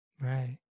right